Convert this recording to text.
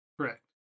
Correct